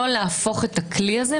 לא להפוך את הכלי הזה,